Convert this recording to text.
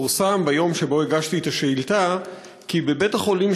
פורסם ביום שבו הגשתי את השאילתה כי בבית-החולים